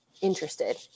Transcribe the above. interested